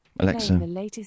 Alexa